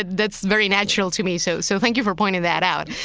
that's very natural to me, so so thank you for pointing that out.